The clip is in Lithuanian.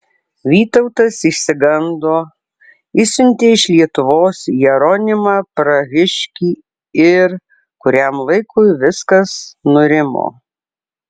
vytautas išsigando išsiuntė iš lietuvos jeronimą prahiškį ir kuriam laikui viskas nurimo